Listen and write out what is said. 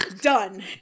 done